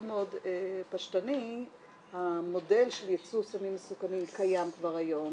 מאוד פשטני המודל של ייצוא סמים מסוכנים קיים כבר היום